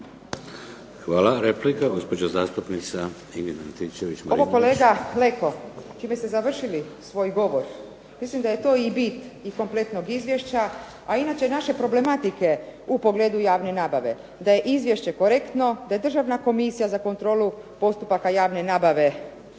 **Antičević Marinović, Ingrid (SDP)** Ovo kolega Leko s čime ste završili svoj govor mislim da je to i bit i kompletnog izvješća a inače i naše problematike u pogledu javne nabave, da je izvješće korektno, da je Državna komisija za kontrolu postupaka javne nabave